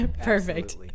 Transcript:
Perfect